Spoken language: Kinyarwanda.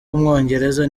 w’umwongereza